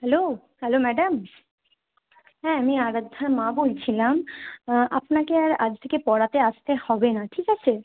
hello hello madam হ্যাঁ আমি আরাধ্যার মা বলছিলাম আপনাকে আর আজ থেকে পড়াতে আসতে হবে না ঠিক আছে